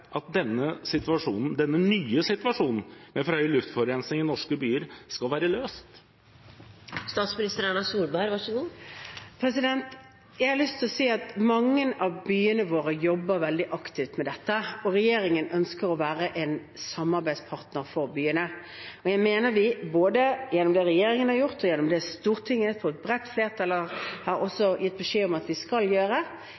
at denne nye situasjonen med forhøyet luftforurensning i norske byer skal være løst? Mange av byene våre jobber veldig aktivt med dette, og regjeringen ønsker å være en samarbeidspartner for byene. Og jeg mener at vi – både gjennom det regjeringen har gjort, og gjennom det Stortinget ved et bredt flertall har